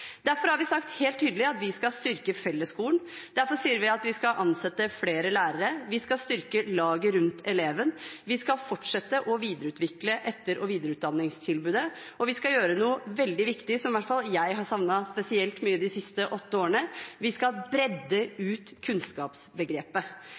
Derfor har vi sagt helt tydelig at vi skal styrke fellesskolen. Derfor sier vi at vi skal ansette flere lærere. Vi skal styrke laget rundt eleven. Vi skal fortsette å videreutvikle etter- og videreutdanningstilbudet. Og vi skal gjøre noe veldig viktig som i hvert fall jeg har savnet spesielt mye de siste åtte årene: Vi skal bredde